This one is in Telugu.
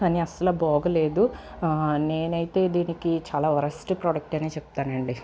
కానీ అస్సల బాగాలేదు నేనైతే దీనికి చాలా వరస్ట్ ప్రోడక్ట్ అనే చెప్తానండి